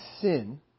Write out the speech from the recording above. sin